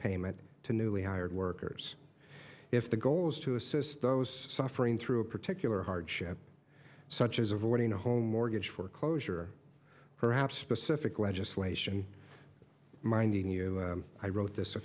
payment to newly hired workers if the goal is to assist those suffering through a particular hardship such as avoiding a home mortgage foreclosure perhaps specific legislation minding your i wrote this a